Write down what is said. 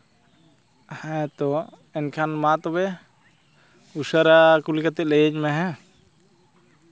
ᱦᱮᱸᱛᱚ ᱮᱱᱠᱷᱟᱱ ᱢᱟ ᱛᱚᱵᱮ ᱩᱥᱟᱹᱨᱟ ᱠᱩᱞᱤ ᱠᱟᱛᱮᱜ ᱞᱟᱹᱭᱟᱹᱧ ᱢᱮ ᱦᱮᱸ